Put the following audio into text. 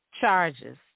charges